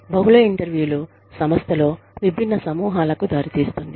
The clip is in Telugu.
బహుళ ఇంటర్వ్యూలు సంస్థలో విభిన్న సమూహాలకు దారితీస్తుంది